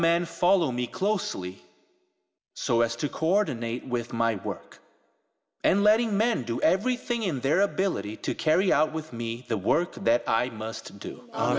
men follow me closely so as to coordinate with my work and letting men do everything in their ability to carry out with me the work that i must do